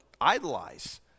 idolize